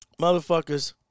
motherfuckers